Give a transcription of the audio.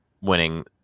winning